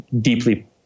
deeply